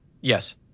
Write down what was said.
Yes